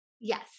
Yes